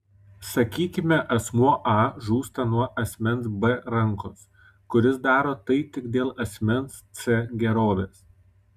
sakykime asmuo a žūsta nuo asmens b rankos kuris daro tai tik dėl asmens c gerovės